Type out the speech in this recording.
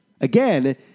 Again